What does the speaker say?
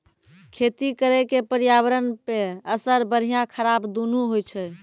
खेती करे के पर्यावरणो पे असर बढ़िया खराब दुनू होय छै